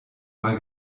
mal